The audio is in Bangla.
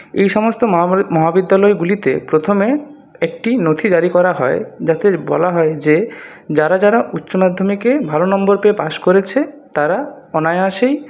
এই সমস্ত মহাভারত মহাবিদ্যালয়গুলিতে প্রথমে একটি নথি জারি করা হয় যাতে বলা হয় যে যারা যারা উচ্চমাধ্যমিকে ভালো নম্বর পেয়ে পাশ করেছে তারা অনায়াসেই